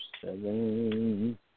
seven